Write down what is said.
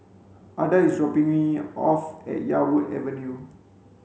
Adah is dropping me off at Yarwood Avenue